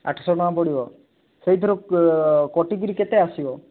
ଆଠଶହ ଟଙ୍କା ପଡ଼ିବ ସେଇଥିରୁ କଟିକିରି କେତେ ଆସିବ